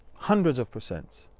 hundreds of percents.